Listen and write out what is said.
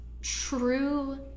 true